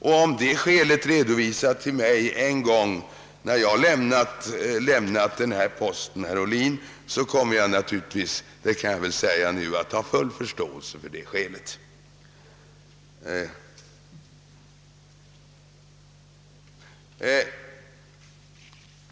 Om detta skäl redovisas för mig en gång då jag lämnat denna post, herr Ohlin, så kommer jag naturligtvis — det kan jag väl säga nu — att ha full förståelse för att jag inte heller får vara med om utredningsarbetet på det förberedande stadiet.